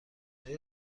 آیا